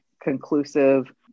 conclusive